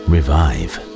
Revive